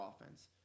offense